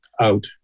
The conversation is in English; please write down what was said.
out